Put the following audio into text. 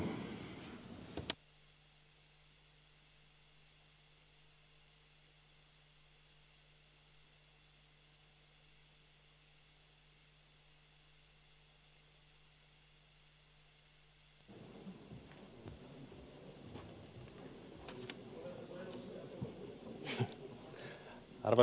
arvoisa puhemies